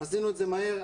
‏עשינו את זה מהר,